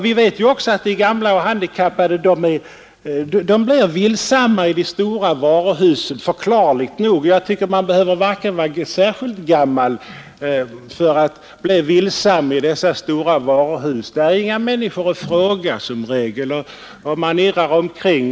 Vi vet också att de gamla och handikappade blir villsamma i de stora varuhusen — förklarligt nog. Jag tycker att man inte behöver vara särskild gammal för att bli villsam i stora varuhus. Där finns i regel inga människor att fråga till råds. Man irrar omkring.